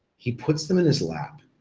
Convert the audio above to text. he puts them in his lap,